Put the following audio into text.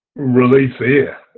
release air.